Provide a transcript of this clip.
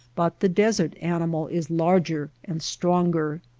but the desert animal is larger and stronger.